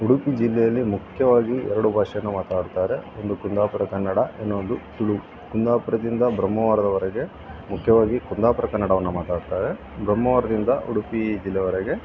ಉಡುಪಿ ಜಿಲ್ಲೆಯಲ್ಲಿ ಮುಖ್ಯವಾಗಿ ಎರಡು ಭಾಷೆಯನ್ನು ಮಾತಾಡ್ತಾರೆ ಒಂದು ಕುಂದಾಪುರ ಕನ್ನಡ ಇನ್ನೊಂದು ತುಳು ಕುಂದಾಪುರದಿಂದ ಬ್ರಹ್ಮಾವರದವರೆಗೆ ಮುಖ್ಯವಾಗಿ ಕುಂದಾಪುರ ಕನ್ನಡವನ್ನು ಮಾತಾಡ್ತಾರೆ ಬ್ರಹ್ಮಾವರದಿಂದ ಉಡುಪಿ ಜಿಲ್ಲೆವರೆಗೆ